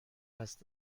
است